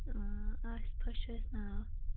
عاصفہ چھُ اَسہِ ناو